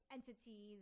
entity